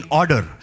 order